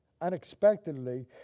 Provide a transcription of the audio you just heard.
unexpectedly